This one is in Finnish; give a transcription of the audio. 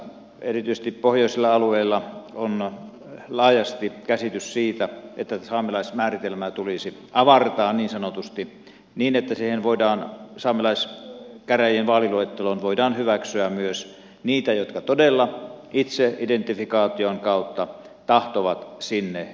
erityisesti pohjoisilla alueilla on laajasti käsitys siitä että saamelaismääritelmää tulisi niin sanotusti avartaa niin että saamelaiskäräjien vaaliluetteloon voidaan hyväksyä myös niitä jotka todella itseidentifikaation kautta tahtovat sinne kuulua